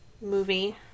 movie